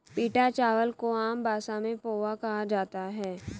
पीटा चावल को आम भाषा में पोहा कहा जाता है